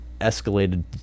escalated